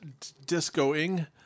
discoing